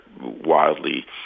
wildly